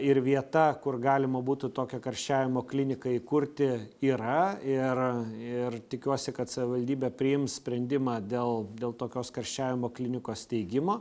ir vieta kur galima būtų tokią karščiavimo kliniką įkurti yra ir ir tikiuosi kad savivaldybė priims sprendimą dėl dėl tokios karščiavimo klinikos steigimo